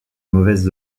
mauvaises